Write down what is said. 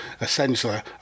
essentially